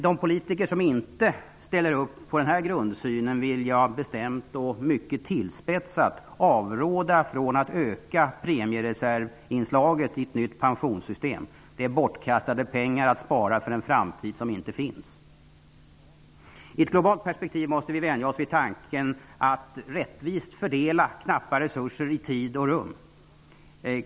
De politiker som inte ställer upp på den här grundsynen vill jag bestämt och mycket tillspetsat avråda från att öka premiereservinslaget i ett nytt pensionssystem. Det är bortkastade pengar att spara för en framtid som inte finns. I ett globalt perspektiv måste vi vänja oss vid tanken att rättvist fördela knappa resurser i tid och rum.